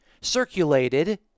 circulated